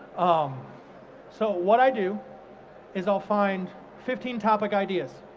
um so what i do is i'll find fifteen topic ideas,